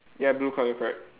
ya blue colour correct